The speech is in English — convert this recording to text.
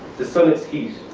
the sun it's heat,